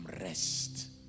rest